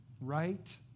right